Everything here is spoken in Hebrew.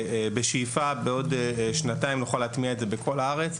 ובשאיפה בעוד שנתיים נוכל להטמיע את זה בכל הארץ.